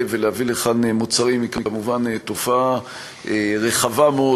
ולהביא לכאן מוצרים היא כמובן תופעה רחבה מאוד,